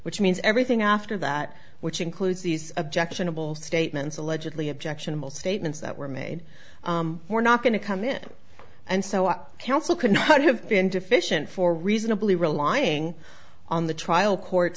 which means everything after that which includes these objectionable statements allegedly objectionable statements that were made were not going to come in and so up counsel could not have been deficient for reasonably relying on the trial court